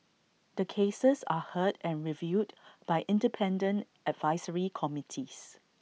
the cases are heard and reviewed by independent advisory committees